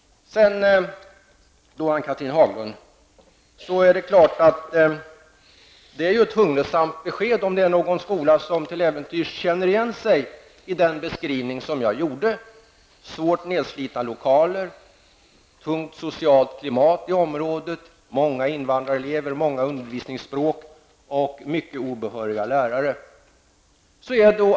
Ann-Cathrine Haglund, det är klart att det är ett hugnesamt besked om det är någon skola som till äventyrs känner igen sig i den beskrivning som jag gjorde -- svårt nedslitna lokaler, tungt socialt klimat i området, många invandrarelever, många undervisningsspråk och många obehöriga lärare.